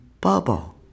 bubble